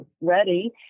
ready